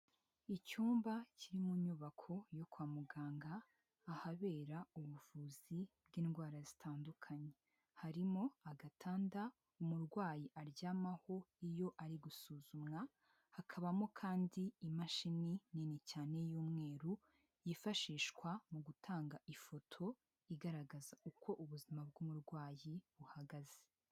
Icyumba kiri mu nyubako yo kwa muganga ahabera ubuvuzi bw'indwara zitandukanye, harimo agatanda umurwayi aryamaho iyo ari gusuzumwa, hakabamo kandi imashini nini cyane y'umweru yifashishwa mu gutanga ifoto igaragaza uko ubuzima bw'umurwayi buhagaze.